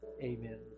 Amen